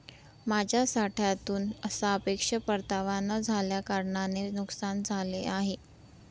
माझ्या साठ्यातून सापेक्ष परतावा न झाल्याकारणाने नुकसान झाले आहे